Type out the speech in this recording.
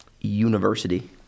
University